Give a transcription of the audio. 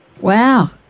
Wow